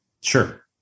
Sure